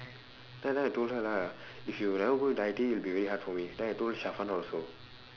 then then I told her lah if you never go into I_T_E it will be very hard for me then I told also